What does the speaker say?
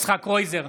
יצחק קרויזר,